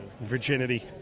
Virginity